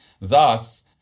thus